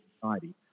society